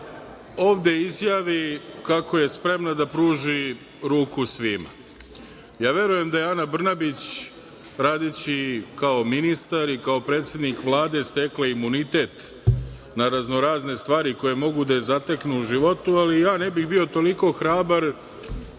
ovde izjavi kako je spremna da pruži ruku svima. Verujem da je Ana Brnabić radeći kao ministar i kao predsednik Vlade stekla imunitet na raznorazne stvari koje mogu da je zateknu u životu, ali ja ne bih bio toliko hrabar,